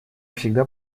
всегда